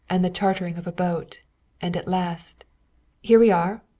and the chartering of a boat and at last here we are,